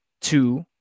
two